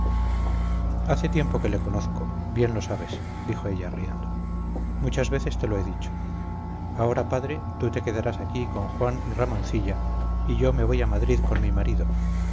hace tiempo que le conozco bien lo sabes dijo ella riendo muchas veces te lo he dicho ahora padre tú te quedarás aquí con juan y ramoncilla y yo me voy a madrid con mi marido